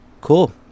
Cool